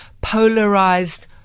polarized